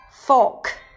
Fork